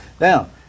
Now